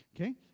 Okay